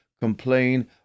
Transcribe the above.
complain